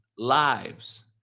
Lives